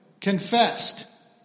confessed